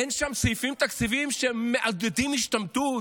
אין שם סעיפים תקציביים שמעודדים השתמטות?